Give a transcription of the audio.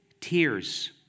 tears